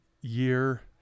year